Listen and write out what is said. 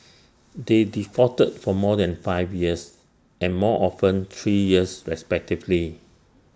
they defaulted for more than five years and more often three years respectively